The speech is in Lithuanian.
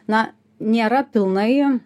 na nėra pilnai